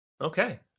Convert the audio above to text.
Okay